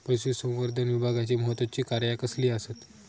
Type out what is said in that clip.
पशुसंवर्धन विभागाची महत्त्वाची कार्या कसली आसत?